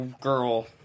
girl